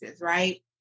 right